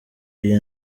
iyi